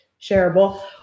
shareable